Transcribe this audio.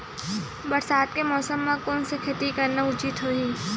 बरसात के मौसम म कोन से खेती करना उचित होही?